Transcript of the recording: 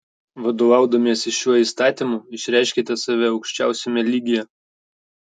vadovaudamiesi šiuo įstatymu išreiškiate save aukščiausiame lygyje